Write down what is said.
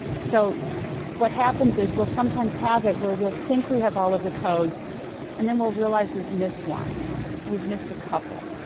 so what happens is, we'll sometimes have it where we'll think we have all of the codes and then we'll realize we've missed one or we've missed a couple.